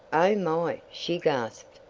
oh, my! she gasped.